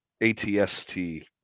ATST